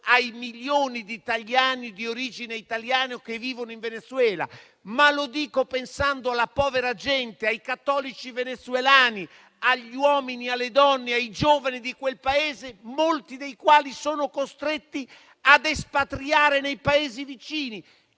ai milioni di origine italiana che vivono in Venezuela, ma anche alla povera gente, ai cattolici venezuelani, agli uomini, alle donne e ai giovani di quel Paese, molti dei quali sono costretti ad espatriare nei Paesi vicini